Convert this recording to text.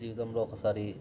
జీవితంలో ఒకసారి